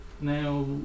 Now